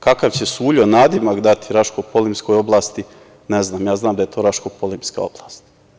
Kakav će Suljo nadimak Raško-Polimskoj oblasti, ne znam, ja znam da je to Raško-Polimska oblast.